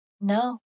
no